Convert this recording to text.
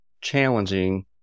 challenging